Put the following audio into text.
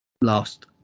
last